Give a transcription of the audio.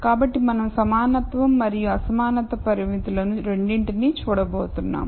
కాబట్టి మనం సమానత్వం మరియు అసమానత పరిమితులను రెండింటినీ చూడబోతున్నాం